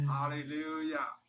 Hallelujah